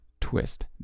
twist